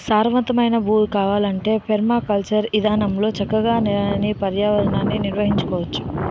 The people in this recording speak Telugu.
సారవంతమైన భూమి కావాలంటే పెర్మాకల్చర్ ఇదానంలో చక్కగా నేలని, పర్యావరణాన్ని నిర్వహించుకోవచ్చు